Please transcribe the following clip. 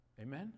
Amen